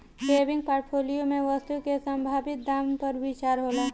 हेविंग portfolio में वस्तु के संभावित दाम पर विचार होला